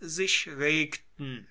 sich regten